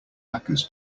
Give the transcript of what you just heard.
hackers